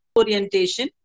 orientation